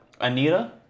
Anita